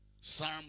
Psalm